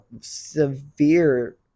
severe